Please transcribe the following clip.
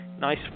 Nice